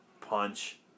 Punch